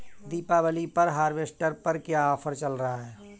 दीपावली पर हार्वेस्टर पर क्या ऑफर चल रहा है?